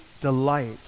delight